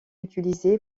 utilisée